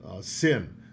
sin